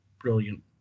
brilliant